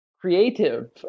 creative